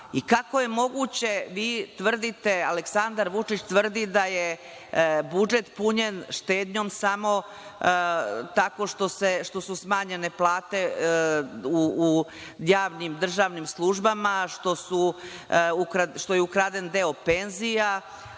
i kako je moguće, vi tvrdite, Aleksandar Vučić tvrdi da je budžet punjen štednjom samo tako što su smanjene plate u javnim državnim službama, što je ukraden deo penzija,